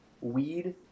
weed